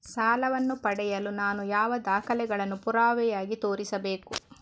ಸಾಲವನ್ನು ಪಡೆಯಲು ನಾನು ಯಾವ ದಾಖಲೆಗಳನ್ನು ಪುರಾವೆಯಾಗಿ ತೋರಿಸಬೇಕು?